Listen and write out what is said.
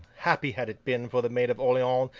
happy had it been for the maid of orleans,